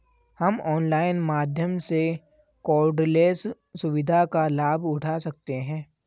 हम ऑनलाइन माध्यम से कॉर्डलेस सुविधा का लाभ उठा सकते हैं